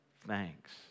thanks